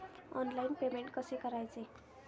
Online payment कसे करायचे?